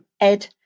Ed